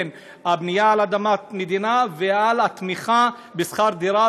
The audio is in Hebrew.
בין הבנייה על אדמת מדינה ובין תמיכה בשכר דירה,